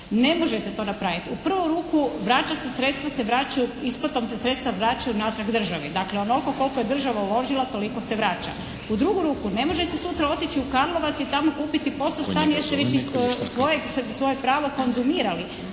vraća se, sredstva se vraćaju, isplatom se sredstva vraćaju natrag državi. Dakle, onoliko koliko je država uložila toliko se vraća. U drugu ruku, ne možete sutra otići u Karlovac i tamo kupiti POS-ov stan jer ste već svoje pravo konzumirali,